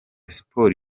siporo